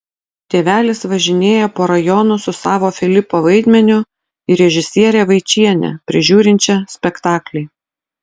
tėvelis važinėja po rajonus su savo filipo vaidmeniu ir režisiere vaičiene prižiūrinčia spektaklį